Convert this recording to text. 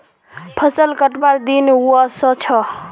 फसल कटवार दिन व स छ